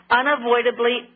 unavoidably